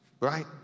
Right